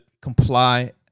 comply